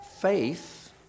faith